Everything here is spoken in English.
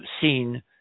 seen